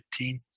15